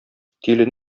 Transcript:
тиле